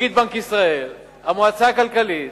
נגיד בנק ישראל, המועצה הכלכלית,